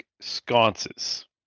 sconces